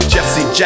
Jesse